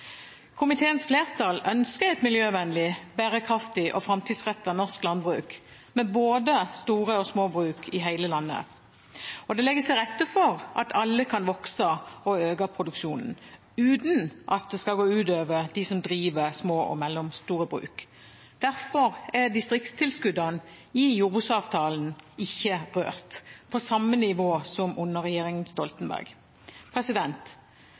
Komiteens flertall ønsker et miljøvennlig, bærekraftig og framtidsrettet norsk landbruk med både store og små bruk i hele landet. Det legges også til rette for at alle kan vokse og øke produksjonen uten at det skal gå ut over dem som driver små og mellomstore bruk. Derfor er distriktstilskuddene i jordbruksavtalen ikke rørt, de er på samme nivå som under regjeringen Stoltenberg.